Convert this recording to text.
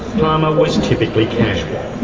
palmer was typically casual.